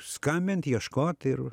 skambint ieškot ir